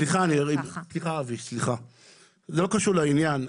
זה לא קשור לעניין,